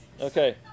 Okay